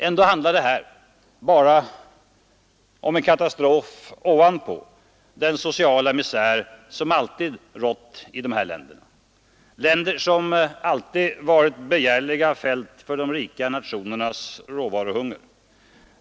Ändå handlar det här bara om en katastrof ovanpå den sociala misär som alltid har rått i dessa länder, länder som alltid varit begärliga fält för de rika nationernas råvaruhunger.